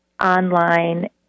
online